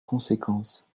conséquences